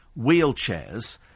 wheelchairs